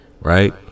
right